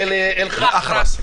אל-אח'רס.